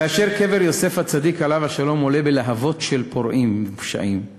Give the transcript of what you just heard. כאשר קבר יוסף הצדיק עליו השלום עולה בלהבות של פורעים נפשעים,